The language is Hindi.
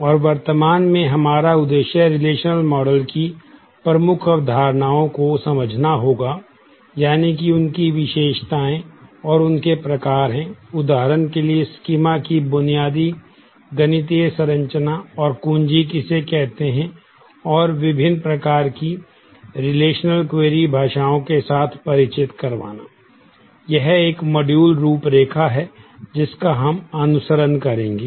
और वर्तमान में हमारा उद्देश्य रिलेशनल मॉडल रूपरेखा है जिसका हम अनुसरण करेंगे